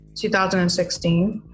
2016